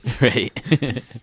Right